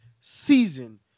season